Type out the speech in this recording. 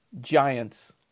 Giants